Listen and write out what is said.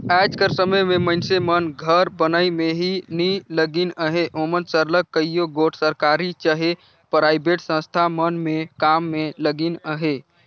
आएज कर समे में मइनसे मन घर बनई में ही नी लगिन अहें ओमन सरलग कइयो गोट सरकारी चहे पराइबेट संस्था मन में काम में लगिन अहें